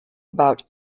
about